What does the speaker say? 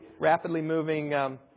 rapidly-moving